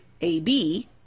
AB